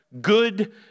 Good